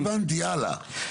הלאה, הבנתי, הלאה.